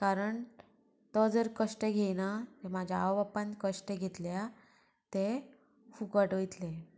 कारण तो जर कश्ट घेयना म्हाज्या आवय बापान कश्ट घेतल्या ते फुकोट वयतले